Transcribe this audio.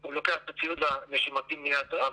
הוא לוקח את הציוד הנשימתי מ"יד שרה",